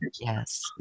Yes